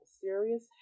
serious